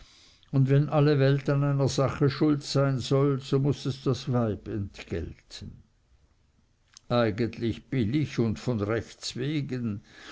und wenn alle welt an einer sache schuld sein soll so muß es das weib entgelten eigentlich billig und von rechts wegen